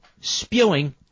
Spewing